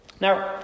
Now